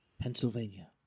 Pennsylvania